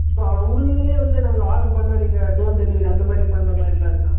இப்போ உங்கள்திலையே வந்து நாங்கள் ஆர்டர் பண்ணால் நீங்கள் டோர் டெலிவரி அந்த மாதிரி பண்ணுற மாதிரிலாம் இருக்கா